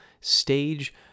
stage